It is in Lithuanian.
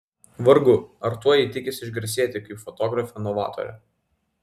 vargu ar tuo ji tikisi išgarsėti kaip fotografė novatorė